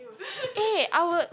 eh I would